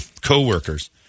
co-workers